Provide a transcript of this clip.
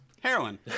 heroin